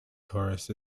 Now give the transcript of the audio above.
tourist